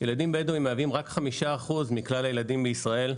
ילדים בדווים מהווים רק 5% מכלל הילדים בישראל,